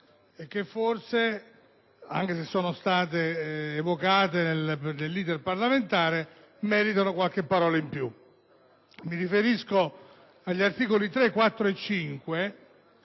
e forse, anche se sono state evocate nel corso dell'*iter* parlamentare, meritano qualche parola in più. Mi riferisco agli articoli 3, 4 e 5.